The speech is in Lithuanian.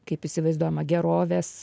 kaip įsivaizduojama gerovės